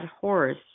horse